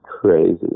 crazy